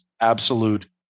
absolute